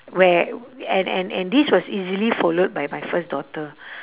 where and and and this was easily followed by my first daughter